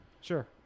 Sure